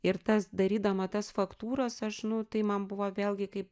ir tas darydama tas faktūras aš nu tai man buvo vėlgi kaip